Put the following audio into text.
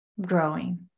growing